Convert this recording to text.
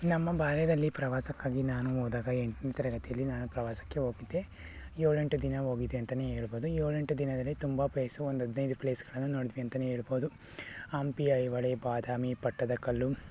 ನಮ್ಮ ಬಾಲ್ಯದಲ್ಲಿ ಪ್ರವಾಸಕ್ಕಾಗಿ ನಾನು ಹೋದಾಗ ಎಂಟನೇ ತರಗತಿಯಲ್ಲಿ ನಾನು ಪ್ರವಾಸಕ್ಕೆ ಹೋಗಿದ್ದೆ ಏಳೆಂಟು ದಿನ ಹೋಗಿದ್ದೆ ಅಂತಲೇ ಹೇಳ್ಬೋದು ಏಳೆಂಟು ದಿನದಲ್ಲಿ ತುಂಬ ಪೇಸು ಒಂದು ಹದಿನೈದು ಪ್ಲೇಸ್ಗಳನ್ನು ನೋಡಿದ್ವಿ ಅಂತಲೇ ಹೇಳ್ಬೋದು ಹಂಪಿ ಐಹೊಳೆ ಬಾದಾಮಿ ಪಟ್ಟದಕಲ್ಲು